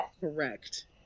Correct